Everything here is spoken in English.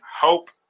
hope